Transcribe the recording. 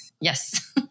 Yes